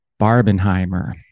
Barbenheimer